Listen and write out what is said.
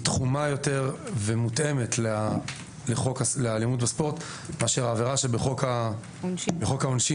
תחומה יותר והיא מותאמת לחוק האלימות בספורט מהעבירה שבחוק העונשין.